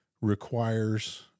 requires